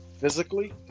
physically